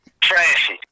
Trashy